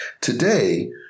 Today